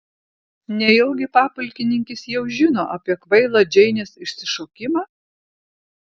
nejaugi papulkininkis jau žino apie kvailą džeinės išsišokimą